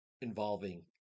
involving